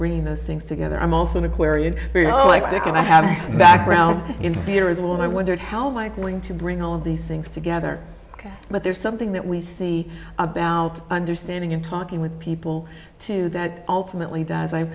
bringing those things together i'm also an aquarian here like i have a background in theater as well and i wondered how am i going to bring all of these things together but there's something that we see about understanding in talking with people too that ultimately does i